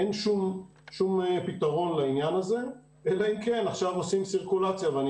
אין שום פתרון לעניין הזה אלא אם כן עושים עכשיו סירקולציה ואני